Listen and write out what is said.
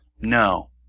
No